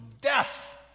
death